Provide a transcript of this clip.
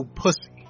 pussy